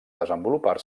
desenvolupar